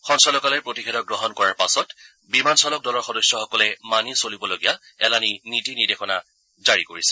সঞ্চালকালয়ে প্ৰতিষেধক গ্ৰহণ কৰাৰ পাছত বিমান চালক দলৰ সদস্যসকলে মানি চলিবলগীয়া এলানি নীতি নিৰ্দেশনা জাৰি কৰিছে